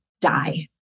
die